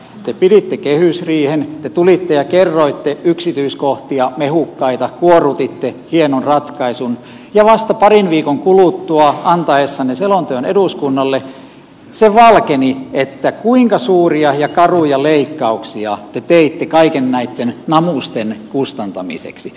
te piditte kehysriihen te tulitte ja kerroitte yksityiskohtia mehukkaita kuorrutitte hienon ratkaisun ja vasta parin viikon kuluttua antaessanne selonteon eduskunnalle se valkeni kuinka suuria ja karuja leikkauksia te teitte kaikkien näitten namusten kustantamiseksi